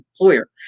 employer